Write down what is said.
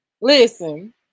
listen